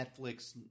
Netflix